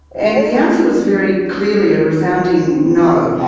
and the answer was very clearly a resounding no.